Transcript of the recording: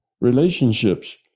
Relationships